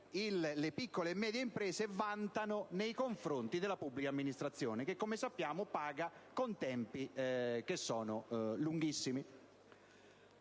le piccole e medie imprese vantano nei confronti della pubblica amministrazione, che come è noto paga con tempi estremamente lunghi.